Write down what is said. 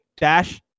dash